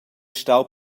stau